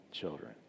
children